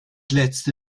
letzte